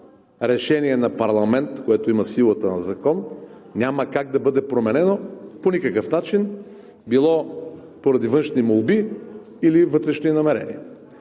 решение на парламент, което има силата на закон, няма как да бъде променено по никакъв начин, било поради външни молби или вътрешни намерения.